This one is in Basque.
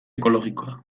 ekologikoa